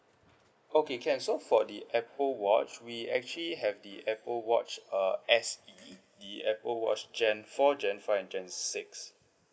okay can so for the apple watch we actually have the apple watch uh S_E the apple watch gen four gen five gen six